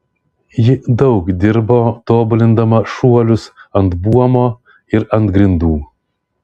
ji daug dirbo tobulindama šuolius ant buomo ir ant grindų